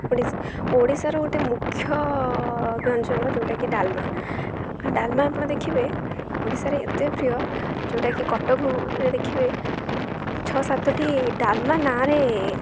ଓଡ଼ିଶାର ଗୋଟେ ମୁଖ୍ୟ ବ୍ୟଞ୍ଜନ ଯେଉଁଟାକି ଡାଲମା ଡାଲମା ଆପଣ ଦେଖିବେ ଓଡ଼ିଶାରେ ଏତେ ପ୍ରିୟ ଯେଉଁଟାକି କଟକରେ ଦେଖିବେ ଛଅ ସାତଟି ଡାଲମା ନାଁରେ